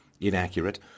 inaccurate